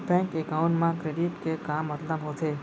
Bank account मा credit के का मतलब होथे?